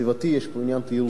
יש פה עניין תיירותי-כלכלי.